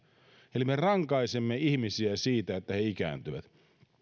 eli me rankaisemme ihmisiä siitä että he ikääntyvät